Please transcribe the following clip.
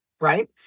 right